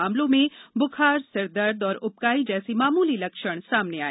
मामलों में बूखार सिरदर्द और उबकाई जैसे मामूली लक्षण सामने आए